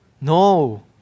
No